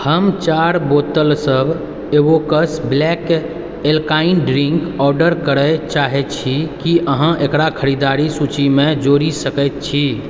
हम चारि बोतलसभ एवोकस ब्लैक एल्काइन ड्रिंक ऑर्डर करए चाहैत छी कि अहाँ एकरा खरीदारि सूचीमे जोड़ि सकैत छी